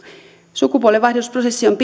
sukupuolenvaihdosprosessi on